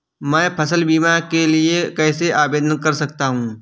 मैं फसल बीमा के लिए कैसे आवेदन कर सकता हूँ?